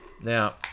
Now